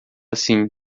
assim